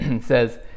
says